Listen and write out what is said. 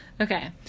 Okay